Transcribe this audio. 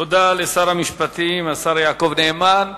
תודה לשר המשפטים, השר יעקב נאמן.